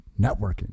networking